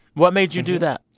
what made you do that?